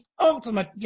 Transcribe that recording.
ultimate